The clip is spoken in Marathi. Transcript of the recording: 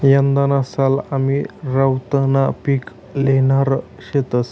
यंदाना साल आमी रताउनं पिक ल्हेणार शेतंस